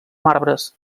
marbres